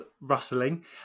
rustling